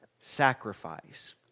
sacrifice